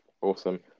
Awesome